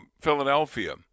Philadelphia